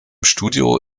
studio